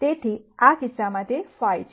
તેથી આ કિસ્સામાં તે 5 છે